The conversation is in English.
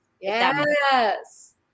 Yes